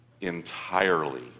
entirely